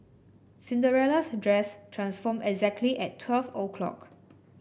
Cinderella's dress transformed exactly at twelve o' clock